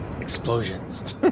Explosions